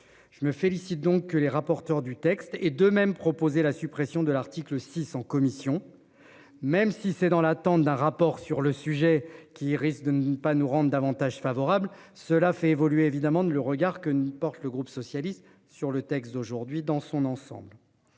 Je me félicite donc que les rapporteurs du texte et de même proposé la suppression de l'article 600 commission. Même si c'est dans l'attente d'un rapport sur le sujet qui risque de ne pas nous rendent davantage favorable cela fait évoluer évidemment ne le regard que nous porte le groupe socialiste sur le texte d'aujourd'hui dans son ensemble.